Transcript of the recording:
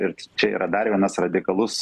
ir čia yra dar vienas radikalus